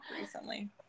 recently